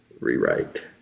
rewrite